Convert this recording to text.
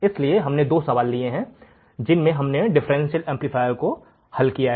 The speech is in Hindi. इसलिए हमने दो सवाल लिए हैं जिनमें हमने डिफरेंशियल एमप्लीफायर को हल किया है